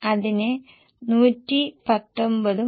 അതിനാൽ ഇത് ഒരു നിശ്ചിത ചെലവാകാനുള്ള സാധ്യത കൂടുതലാണ്